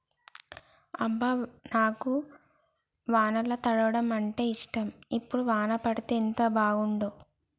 అబ్బ నాకు వానల తడవడం అంటేఇష్టం ఇప్పుడు వాన పడితే ఎంత బాగుంటాడో